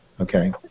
okay